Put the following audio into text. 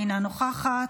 אינה נוכחת,